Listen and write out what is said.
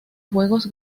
juegos